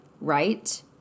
Right